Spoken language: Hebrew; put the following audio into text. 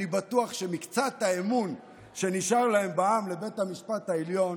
אני בטוח שמקצת האמון שנשאר בעם לבית המשפט העליון